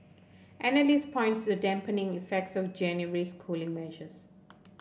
analysts points the dampening effects of January's cooling measures